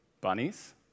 Bunnies